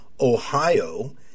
ohio